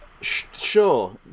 Sure